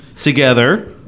together